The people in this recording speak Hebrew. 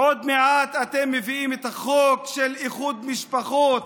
עוד מעט אתם מביאים את החוק של איחוד משפחות.